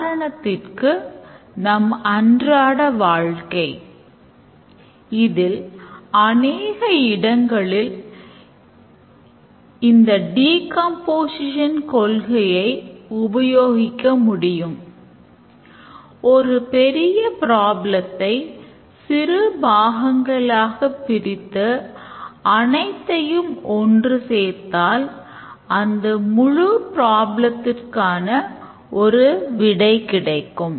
உதாரணத்திற்கு நம் அன்றாட வாழ்க்கை இதில் அனேக இடங்களில் இந்தப் டிகம்போசிஷன் ஒரு விடை கிடைக்கும்